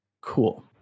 Cool